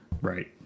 Right